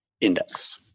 Index